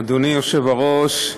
אדוני היושב-ראש,